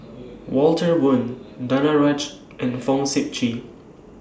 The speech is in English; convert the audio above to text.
Walter Woon Danaraj and Fong Sip Chee